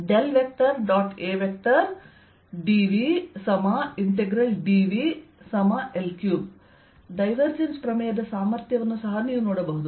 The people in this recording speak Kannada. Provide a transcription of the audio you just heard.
AdVdVL3 ಡೈವರ್ಜೆನ್ಸ್ ಪ್ರಮೇಯದ ಸಾಮರ್ಥ್ಯವನ್ನು ಸಹ ನೀವು ನೋಡಬಹುದು